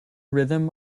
rhythm